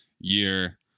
year